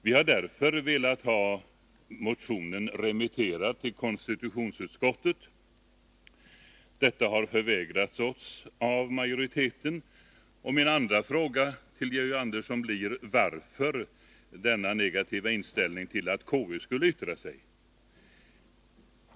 Vi har därför velat få motionen remitterad till konstitutionsutskottet. Detta har förvägrats oss av majoriteten, och min andra fråga till Georg Andersson blir: Varför denna negativa inställning till att konstitutionsutskottet skulle yttra sig?